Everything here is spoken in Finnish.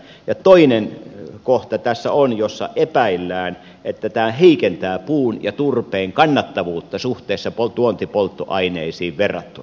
ja toinen kohta tässä on jossa epäillään että tämä heikentää puun ja turpeen kannattavuutta tuontipolttoaineisiin verrattuna